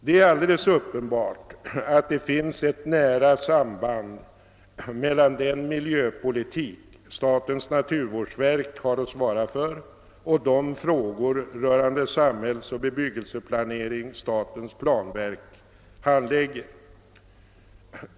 Det är alldeles uppenbart att det finns ett nära samband mellan den miljöpolitik statens naturvårdsverk har att svara för och de frågor rörande samhällsoch bebyggelseplanering statens planverk handlägger.